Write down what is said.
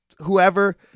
whoever